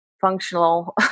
functional